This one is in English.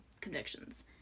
convictions